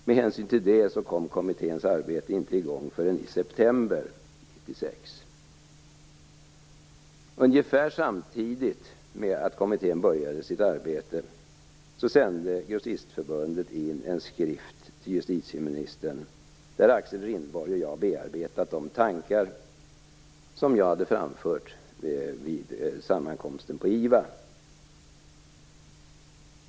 Med hänsyn till det kom kommitténs arbete inte i gång förrän i september Ungefär samtidigt med att kommittén började sitt arbete sände Grossistförbundet in en skrift till justitieministern där Axel Rindborg och jag bearbetat de tankar som jag hade framfört vid sammankomsten på IVA.